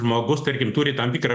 žmogus tarkim turi tam tikrą